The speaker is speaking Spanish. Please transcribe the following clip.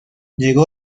llegó